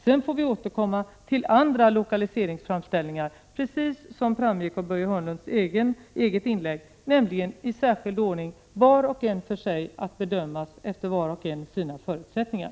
Sedan får vi återkomma till andra lokaliseringsframställningar, precis som framgick av Börje Hörnlunds eget inlägg, alltså i särskild ordning: var sak för sig, att bedömas efter sina förutsättningar.